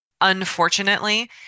Unfortunately